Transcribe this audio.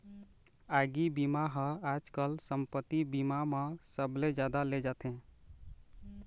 आगी बीमा ह आजकाल संपत्ति बीमा म सबले जादा ले जाथे